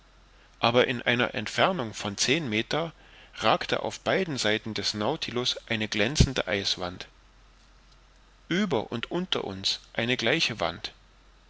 aber in einer entfernung von zehn meter ragte auf beiden seiten des nautilus eine glänzende eiswand ueber und unter uns eine gleiche wand